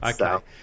Okay